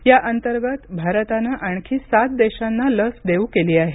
याअंतर्गत भारतानं आणखी सात देशांना लस देऊ केली आहे